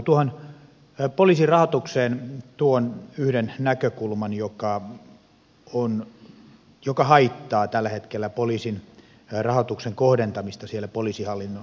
tuohon poliisin rahoitukseen tuon yhden näkökulman joka haittaa tällä hetkellä poliisin rahoituksen kohdentamista siellä poliisihallinnon sisällä